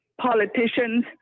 politicians